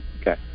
Okay